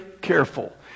careful